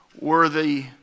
worthy